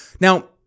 Now